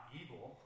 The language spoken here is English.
evil